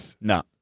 No